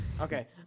Okay